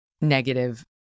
negative